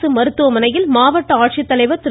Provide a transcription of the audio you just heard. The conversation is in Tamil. அரசு மருத்துவமனையில் மாவட்ட ஆட்சித்தலைவர் திரு